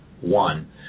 one